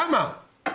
למה?